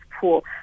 pool